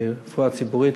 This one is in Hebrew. מהרפואה הציבורית,